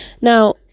Now